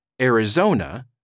Arizona